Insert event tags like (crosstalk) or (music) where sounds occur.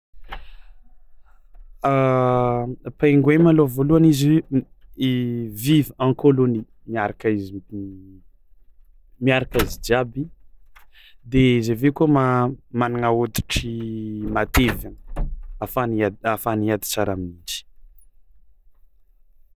(noise) (hesitation) Pingouin malôha voalohany izy m- i- vive en colonie miaraka izy to- miaraka izy (noise) jiaby de izy avy eo koa ma- managna hôditry (noise) mateviny ahafahany hia- ahafahany hiady tsara mihitsy.